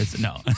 No